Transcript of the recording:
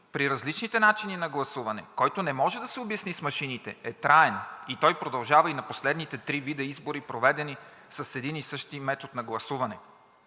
при различните начини на гласуване, който не може да се обясни с машините, е траен – той продължава и на последните три вида избори, проведени с един и същи метод на гласуване,